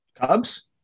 Cubs